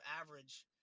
average –